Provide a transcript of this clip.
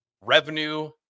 Revenue